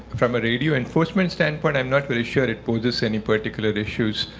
from a radio enforcement standpoint, i'm not very sure it poses any particular issues,